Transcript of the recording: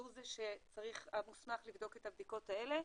שהוא המוסמך לבדוק את הבדיקות האלה,